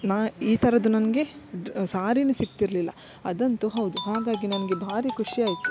ನಾ ಈ ಥರದ್ದು ನನಗೆ ಸಾರಿನು ಸಿಗ್ತಿರಲಿಲ್ಲ ಅದಂತೂ ಹೌದು ಹಾಗಾಗಿ ನನಗೆ ಭಾರಿ ಖುಷಿಯಾಯಿತು